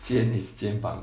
肩 is 肩膀